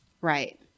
Right